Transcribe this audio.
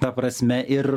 ta prasme ir